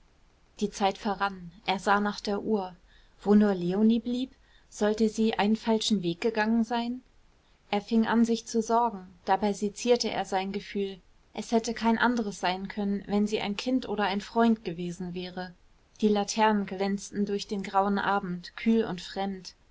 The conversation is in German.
die zeit verrann er sah nach der uhr wo nur leonie blieb sollte sie einen falschen weg gegangen sein er fing an sich zu sorgen dabei sezierte er sein gefühl es hätte kein anderes sein können wenn sie ein kind oder ein freund gewesen wäre die laternen glänzten durch den grauen abend kühl und fremd